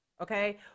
Okay